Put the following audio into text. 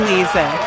Lisa